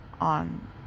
on